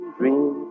dream